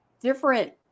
different